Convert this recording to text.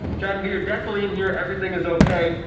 jadon, but you're definitely in here everything is okay.